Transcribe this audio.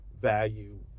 value